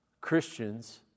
Christians